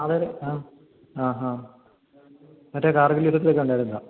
ആളാരാണ് ആ ആ ഹാ മറ്റേ കാർഗിൽ യുദ്ധത്തിലൊക്കെ ഉണ്ടായിരുന്നതാണോ